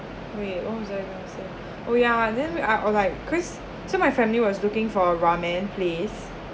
wait what was I going to say oh yeah I didn't ah oh like chris~ so my family was looking for ramen place